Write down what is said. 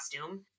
costume